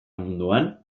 munduan